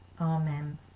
Amen